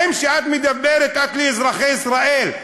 האם כשאת מדברת לאזרחי ישראל,